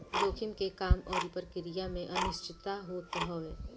जोखिम के काम अउरी प्रक्रिया में अनिश्चितता होत हवे